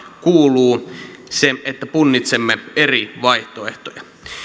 kuuluu se että punnitsemme eri vaihtoehtoja